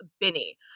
Binny